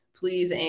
please